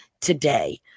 today